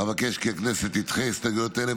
אבקש כי הכנסת תדחה הסתייגויות אלה,